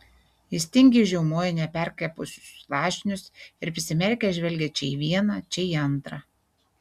jis tingiai žiaumojo neperkepusius lašinius ir prisimerkęs žvelgė čia į vieną čia į antrą